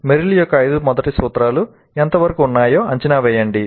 Merrill యొక్క ఐదు మొదటి సూత్రాలు ఎంతవరకు ఉన్నాయో అంచనా వేయండి